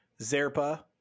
Zerpa